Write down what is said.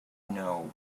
know